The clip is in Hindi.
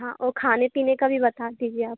हाँ औ खाने पीने का भी बता दीजिए आप